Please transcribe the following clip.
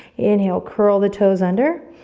inhale, curl the toes under.